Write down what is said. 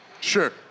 Sure